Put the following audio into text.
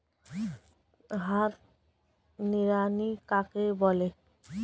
হাত নিড়ানি কাকে বলে?